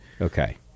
Okay